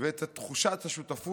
ואת תחושת השותפות